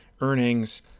earnings